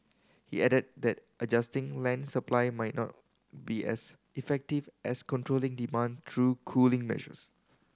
he added that adjusting land supply might not be as effective as controlling demand through cooling measures